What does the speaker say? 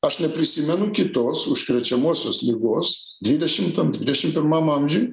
aš neprisimenu kitos užkrečiamosios ligos dvidešimtam dvidešim pirmam amžiuj